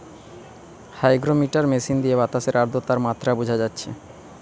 hygrometer machine দিয়ে বাতাসের আদ্রতার মাত্রা বুঝা যাচ্ছে